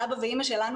ואבא ואמא שלנו,